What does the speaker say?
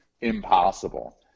impossible